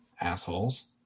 Assholes